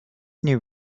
new